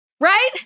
right